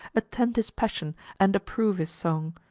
attend his passion and approve his song.